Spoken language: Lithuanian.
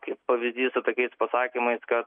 kaip pavyzdys su tokiais pasakymais kad